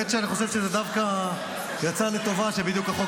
האמת שאני חושב שזה דווקא יצא לטובה שבדיוק החוק